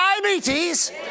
diabetes